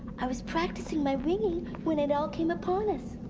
i was practicing my ringing when it all came upon us.